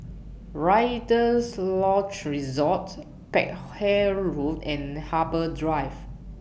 Rider's Lodge Resort Peck Hay Road and Harbour Drive